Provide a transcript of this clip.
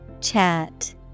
Chat